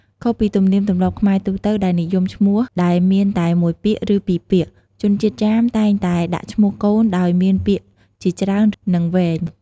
ខុសពីទំនៀមទម្លាប់ខ្មែរទូទៅដែលនិយមឈ្មោះដែលមានតែមួយពាក្យ ឬពីរពាក្យ ជនជាតិចាមតែងតែដាក់ឈ្មោះកូនដោយមានពាក្យជាច្រើន និងវែង។